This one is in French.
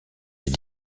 les